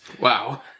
Wow